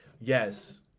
Yes